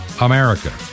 America